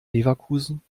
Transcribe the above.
leverkusen